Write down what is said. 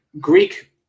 Greek